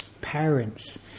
parents